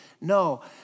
no